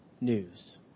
news